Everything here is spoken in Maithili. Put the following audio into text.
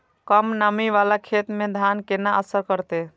कम नमी वाला खेत में धान केना असर करते?